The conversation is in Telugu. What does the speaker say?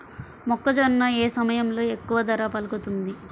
మొక్కజొన్న ఏ సమయంలో ఎక్కువ ధర పలుకుతుంది?